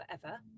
forever